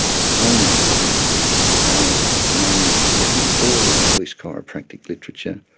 the only evidence that's available at the moment, looking at all the published chiropractic literature,